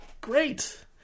Great